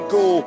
go